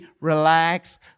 relax